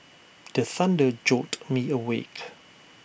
the thunder jolt me awake